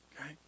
okay